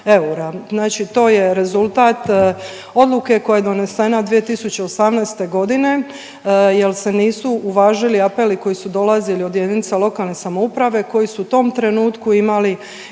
to je rezultat odluke koja je donesena 2018. godine, jer se nisu uvažili apeli koji su dolazili od jedinica lokalne samouprave koji su u tom trenutku imali i spremne